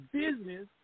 business